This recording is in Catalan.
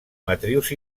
matrius